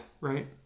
Right